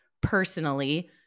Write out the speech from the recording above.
personally